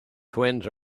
twins